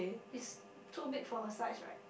is too big for a size right